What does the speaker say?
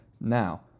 Now